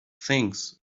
things